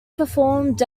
performed